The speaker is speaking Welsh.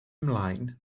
ymlaen